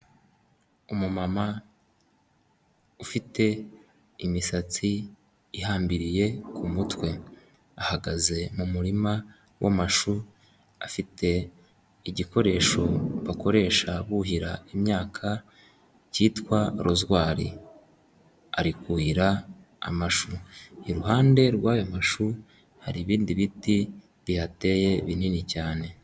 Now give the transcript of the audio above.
Umumama ufite imisatsi ihambiriye ku mutwe, ahagaze mu murima w'amashu afite igikoresho bakoresha buhira imyaka cyitwa rozwari ari kuhira amashu, iruhande rwayo mashu hari ibindi biti bihateye binini cyane.